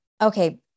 Okay